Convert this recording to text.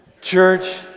church